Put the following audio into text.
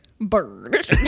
Bird